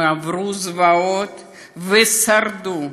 הם עברו זוועות ושרדו.